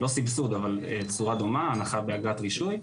לא סבסוד, אבל צורה דומה, הנחה באגרת רישוי.